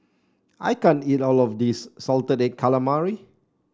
I can't eat all of this Salted Egg Calamari